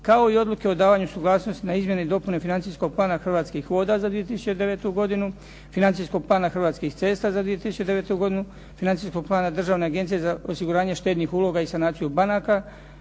kao i Odluke o davanju suglasnosti na Izmjene i dopune Financijskog plana Hrvatskih voda za 2009. godinu, Financijskog plana Hrvatskih cesta za 2009. godinu, Financijskog plana Državne agencije za osiguranje štednih uloga i sanaciju banaka,